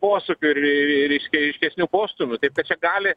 posūkių ir ir reiškia ryškesnių postūmių tai čia gali